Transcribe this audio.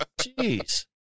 Jeez